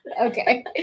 okay